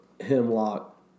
hemlock